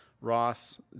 Ross